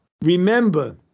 Remember